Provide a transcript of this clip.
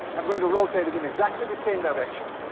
i'm going to rotate it in exactly the same direction,